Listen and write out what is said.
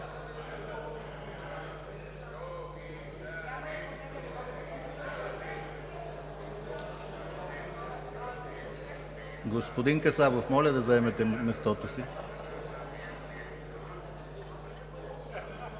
Господин Касабов, моля да заемете мястото си.